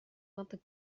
vingt